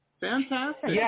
Fantastic